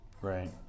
Right